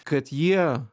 kad jie